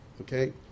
okay